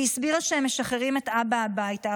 היא הסבירה שהם משחררים את אבא הביתה,